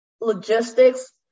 logistics